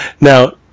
now